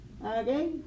Okay